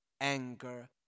anger